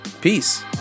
Peace